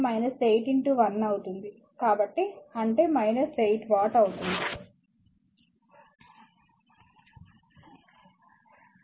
Glossary English Word Word Meaning Expression expression వ్యక్తీకరణ Interconnection interconnection పరస్పర అనుసంధానం Equation equation సమీకరణం Importance importance ప్రాముఖ్యత Basically బేసికల్లి ప్రాథమికంగా